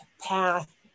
path